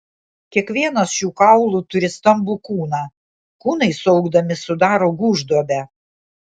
kiekvienas šių kaulų turi stambų kūną kūnai suaugdami sudaro gūžduobę